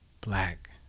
black